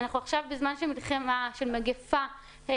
אנחנו עכשיו בזמן של מגפה בריאותית